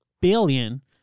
billion